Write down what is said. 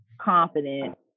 confident